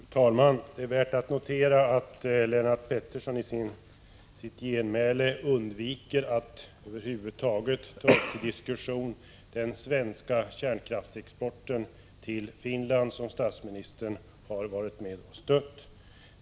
Fru talman! Det är värt att notera att Lennart Pettersson i sitt genmäle undviker att över huvud taget ta upp till diskussion den svenska kärnkraftsexporten till Finland, som statsministern har varit med och stött.